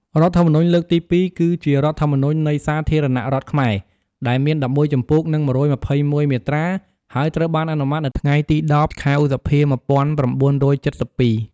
រដ្ឋធម្មនុញ្ញលើកទី២ គឺជារដ្ឋធម្មនុញ្ញ នៃសាធារណរដ្ឋខ្មែរ ដែលមាន១១ ជំពូក និង១២១ មាត្រា ហើយត្រូវបានអនុម័តនៅថ្ងៃទី ១០ ខែឧសភា ១៩៧២។